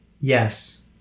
yes